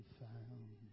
found